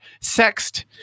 sexed